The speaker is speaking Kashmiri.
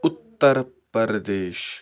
اُتر پردیش